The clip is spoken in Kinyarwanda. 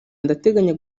ndateganya